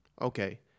Okay